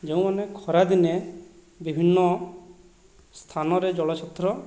ଯେଉଁମାନେ ଖରାଦିନେ ବିଭିନ୍ନ ସ୍ଥାନରେ ଜଳଛତ୍ର